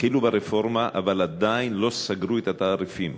התחילו ברפורמה, אבל עדיין לא סגרו את התעריפים.